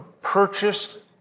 purchased